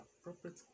appropriate